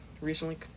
recently